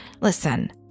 Listen